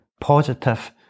positive